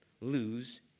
lose